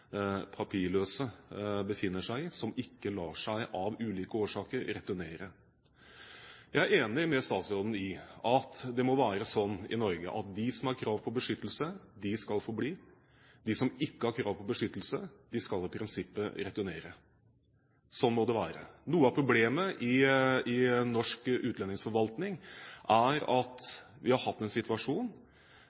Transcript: papirløse, som av ulike årsaker ikke lar seg returnere, befinner seg i. Jeg er enig med statsråden i at det må være slik i Norge at de som har krav på beskyttelse, skal få bli, og at de som ikke har krav på beskyttelse, i prinsippet skal returnere. Slik må det være. Noe av problemet i norsk utlendingsforvaltning er at vi har hatt en situasjon